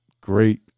great